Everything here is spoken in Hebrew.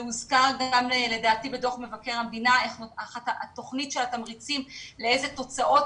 זה הוזכר גם בדוח מבקר המדינה לאיזה תוצאות